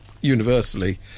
universally